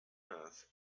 earth